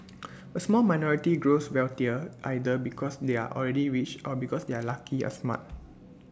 A small minority grows wealthier either because they are already rich or because they are lucky or smart